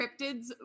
cryptids